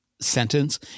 sentence